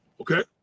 Okay